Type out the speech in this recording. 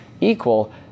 equal